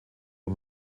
und